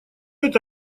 это